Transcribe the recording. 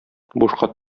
бушка